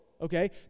okay